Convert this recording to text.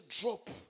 Drop